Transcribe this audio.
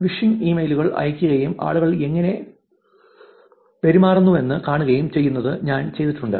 phishing ഇമെയിലുകൾ അയയ്ക്കുകയും ആളുകൾ എങ്ങനെ പെരുമാറുന്നുവെന്ന് കാണുകയും ചെയ്യുന്നത് ഞാൻ ചെയ്തിട്ടുണ്ട്